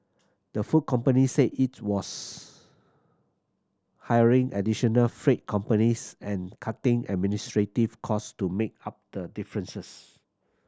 the food company said it was hiring additional freight companies and cutting administrative cost to make up the differences